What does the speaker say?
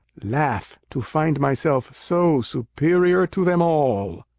laugh to find myself so superior to them all.